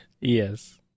yes